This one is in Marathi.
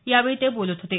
त्यावेळी ते बोलत होते